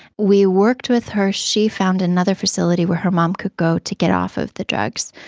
we worked with her, she found another facility where her mom could go to get off of the drugs.